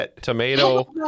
tomato